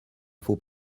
faut